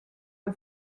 was